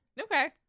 Okay